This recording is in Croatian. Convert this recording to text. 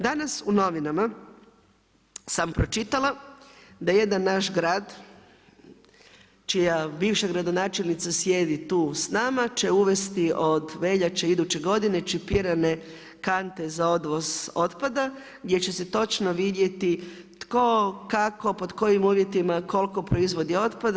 Danas u novinama sam pročitala da jedan naš grad čija bivša gradonačelnica sjedi tu s nama će uvesti od veljače iduće godine čipirane kante za odvoz otpada gdje će se točno vidjeti tko, kako, pod kojim uvjetima, koliko proizvodi otpada.